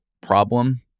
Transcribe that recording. problem